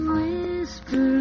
whisper